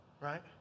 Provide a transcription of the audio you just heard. Right